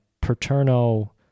Paterno